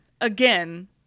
again